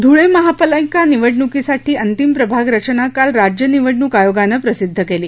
धुळे महापालिका निवडणुकीसाठी अंतिम प्रभागरचना काल राज्य निवडणुक आयोगानं प्रसिद्ध केली